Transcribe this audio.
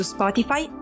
Spotify